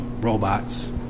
robots